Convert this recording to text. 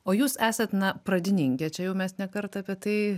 o jūs esat na pradininkė čia jau mes ne kartą apie tai